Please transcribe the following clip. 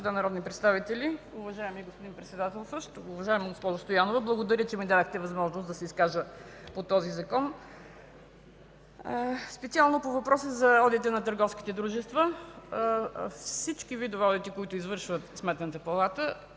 Благодаря, че ми дадохте възможност да се изкажа по този закон. Специално по въпроси за одити на търговските дружества. Всички видове одити, които извършва Сметната палата